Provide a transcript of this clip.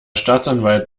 staatsanwalt